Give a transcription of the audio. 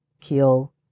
kill